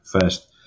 first